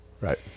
Right